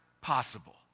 possible